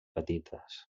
petites